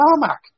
tarmac